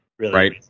Right